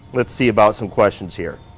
let's see about some questions here.